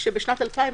בשנת 2009